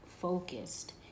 focused